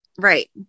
Right